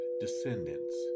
descendants